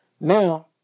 Now